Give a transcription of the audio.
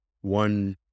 one